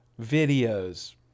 videos